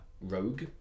rogue